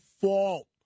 fault